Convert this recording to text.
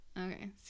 okay